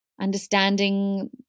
understanding